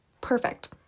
perfect